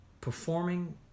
performing